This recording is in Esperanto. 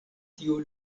tiu